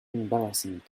embarrassing